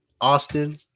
Austin